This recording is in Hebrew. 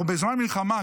אנחנו בזמן מלחמה.